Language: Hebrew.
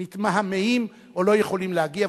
מתמהמהים או לא יכולים להגיע.